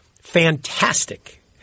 fantastic